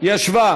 ציפי לבני,